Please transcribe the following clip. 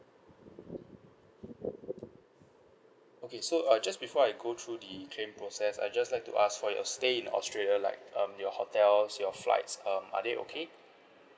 okay so uh just before I go through the claim process I just like to ask for your stay in australia like um your hotels your flights um are they okay